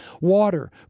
water